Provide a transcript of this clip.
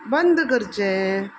बंद करचें